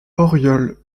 auriol